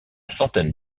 centaine